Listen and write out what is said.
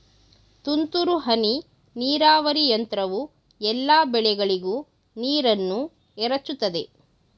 ತುಂತುರು ಹನಿ ನೀರಾವರಿ ಯಂತ್ರವು ಎಲ್ಲಾ ಬೆಳೆಗಳಿಗೂ ನೀರನ್ನ ಎರಚುತದೆ